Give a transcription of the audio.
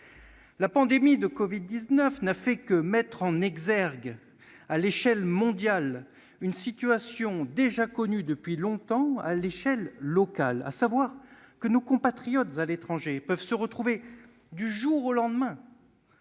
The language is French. La pandémie de covid-19 n'a fait que mettre en exergue à l'échelle mondiale une situation déjà connue depuis longtemps à l'échelon local, à savoir que nos compatriotes à l'étranger peuvent se retrouver du jour au lendemain